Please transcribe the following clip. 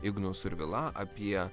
ignu survila apie